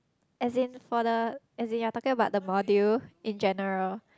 as in for the as in you're talking about the module in general